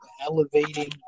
elevating